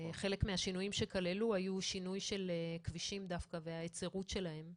חלק מהשינויים שכללו היו שינוי של כבישים דווקא וההיצרות שלהם.